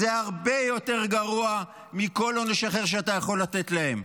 זה הרבה יותר גרוע מכל עונש אחר שאתה יכול לתת להם.